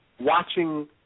watching